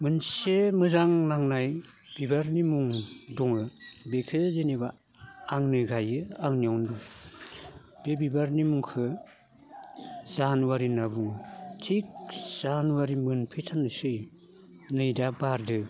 मोनसे मोजां नांनाय बिबारनि मुं दङ बेखौ जेनेबा आंनो गायो आंनियावनो बे बिबारनि मुंखौ जानुवारि होनना बुङो थिग जानुवारि मोनफैथोंसै नै दा बारदों